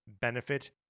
benefit